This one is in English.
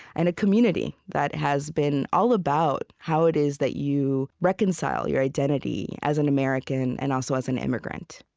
and a community that has been all about how it is that you reconcile your identity as an american and also as an immigrant